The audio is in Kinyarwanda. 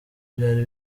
byari